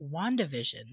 WandaVision